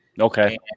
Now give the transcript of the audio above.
Okay